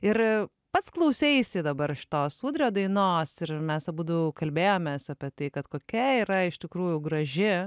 ir pats klauseisi dabar šitos ūdrio dainos ir mes abudu kalbėjomės apie tai kad kokia yra iš tikrųjų graži